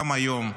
גם היום,